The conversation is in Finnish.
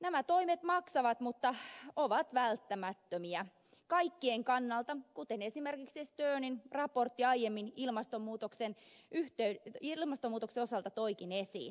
nämä toimet maksavat mutta ovat välttämättömiä kaikkien kannalta kuten esimerkiksi sternin raportti aiemmin ilmastonmuutoksen osalta toikin esiin